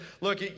look